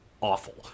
awful